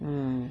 mm